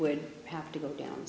would have to go down